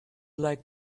like